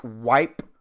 wipe